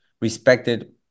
respected